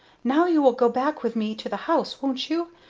now you will go back with me to the house, won't you,